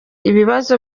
ibibazo